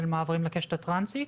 של מעברים לקשת הטרנסית.